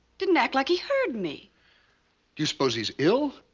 didn't act like he heard me. do you suppose he's ill?